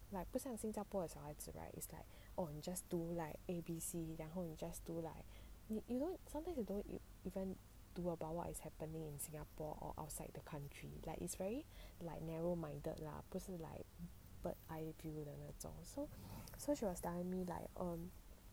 like 不像新加坡的小孩子 right is like oh you just 读 like A B C 然后 you just 读 like you you know sometimes you don't even 读 about what is happening in singapore or outside the country like it's very like narrow minded lah 不是 like bird eye view 那种 so she was telling me like um